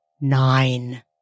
Nine